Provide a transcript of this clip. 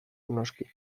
noski